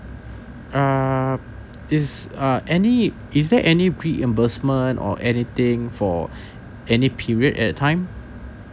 uh this uh any is there any pre reimbursement or anything for any period at a time